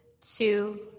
two